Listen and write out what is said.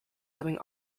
dubbing